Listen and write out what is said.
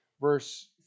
verse